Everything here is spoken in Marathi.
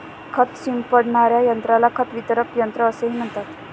खत शिंपडणाऱ्या यंत्राला खत वितरक यंत्र असेही म्हणता येईल